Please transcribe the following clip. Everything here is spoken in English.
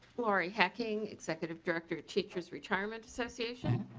laurie hacking executive director of teachers reteermt association.